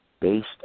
based